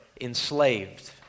enslaved